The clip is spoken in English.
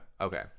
Okay